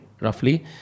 roughly